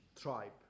tribe